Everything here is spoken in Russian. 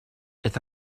это